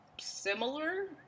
similar